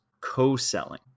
co-selling